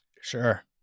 Sure